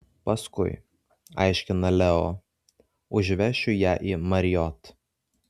paskui aiškina leo užvešiu ją į marriott